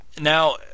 Now